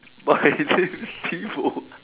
but I say see fold